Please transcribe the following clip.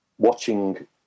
watching